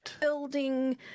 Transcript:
building